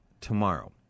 tomorrow